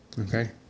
okay